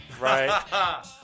Right